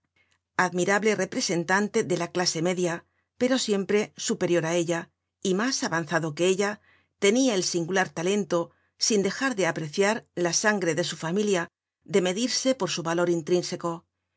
admirable reprcsentante'fle la clase media pero siempre superior á ella y mas avanzado que ella tenia el singular talento sin dejar de apreciar la sangre de su familia de medirse por su valor intrínseco